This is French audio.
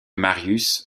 marius